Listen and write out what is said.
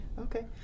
okay